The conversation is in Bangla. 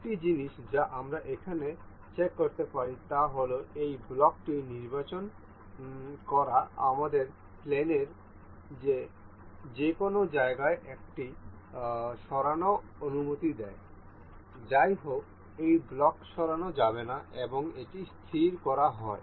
একটি জিনিস যা আমরা এখানে চেক করতে পারি তা হল এই ব্লকটি নির্বাচন করা আমাদের প্লেনের যে কোনও জায়গায় এটি সরানোর অনুমতি দেয় যাই হোক এই ব্লক সরানো যাবে না এবং এটি স্থির করা হয়